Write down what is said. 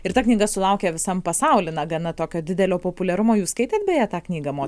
ir ta knyga sulaukė visam pasauly na gana tokio didelio populiarumo jūs skaitėt beje tą knygą mo